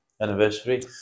anniversary